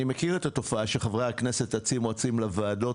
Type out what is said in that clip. אני מכיר את התופעה שחברי הכנסת אצים רצים לוועדות,